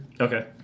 Okay